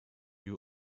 you